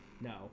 No